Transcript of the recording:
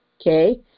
okay